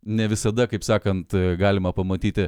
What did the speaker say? ne visada kaip sakant galima pamatyti